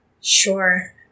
Sure